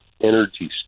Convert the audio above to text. energy